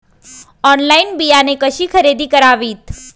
Online बियाणे कशी खरेदी करावीत?